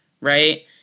right